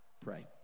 pray